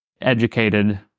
Educated